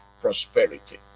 prosperity